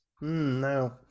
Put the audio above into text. No